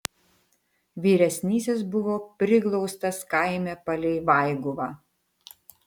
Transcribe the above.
vyresnysis buvo priglaustas kaime palei vaiguvą